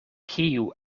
kiu